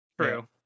true